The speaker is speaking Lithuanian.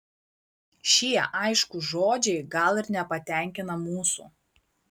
šie aiškūs žodžiai gal ir nepatenkina mūsų